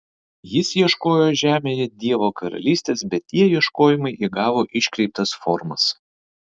jis ieškojo žemėje dievo karalystės bet tie ieškojimai įgavo iškreiptas formas